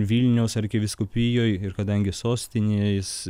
vilniaus arkivyskupijoj ir kadangi sostinės